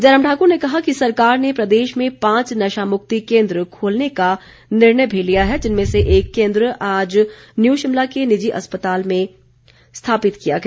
जयराम ठाक्र ने कहा कि सरकार ने प्रदेश में पांच नशामुक्ति केन्द्र खोलने का निर्णय भी लिया है जिनमें से एक केन्द्र आज न्यू शिमला के निजी अस्पताल में स्थापित किया गया